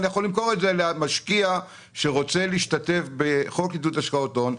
ואני יכול למכור למשקיע שרוצה להשתתף בחוק עידוד השקעות הון.